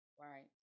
Right